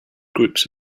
groups